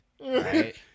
Right